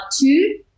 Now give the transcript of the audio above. two